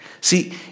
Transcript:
See